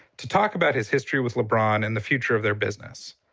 to talk about his history with lebron and the future of their business.